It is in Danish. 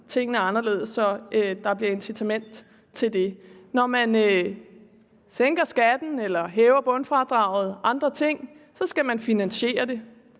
tingene anderledes i fremtiden, så der bliver incitament til det. Når man sænker skatten eller hæver bundfradraget eller andre ting, skal man finansiere det.